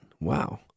Wow